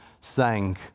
sang